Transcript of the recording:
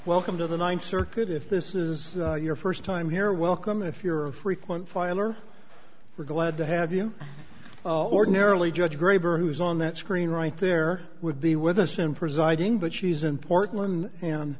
welcome to the ninth circuit if this is your first time here welcome if you're a frequent filer we're glad to have you ordinarily judge graber who is on that screen right there would be with us and presiding but she's in portland and